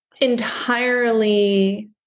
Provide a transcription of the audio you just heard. entirely